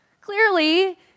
clearly